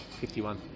51